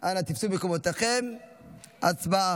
על הצעת החוק לתיקון ולהארכת תוקפן